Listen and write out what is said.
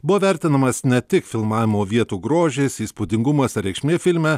buvo vertinamas ne tik filmavimo vietų grožis įspūdingumas reikšmė filme